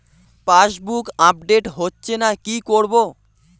Passbook update হচ্ছেনা কি করবো?